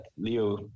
Leo